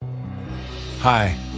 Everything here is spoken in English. Hi